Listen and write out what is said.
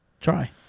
try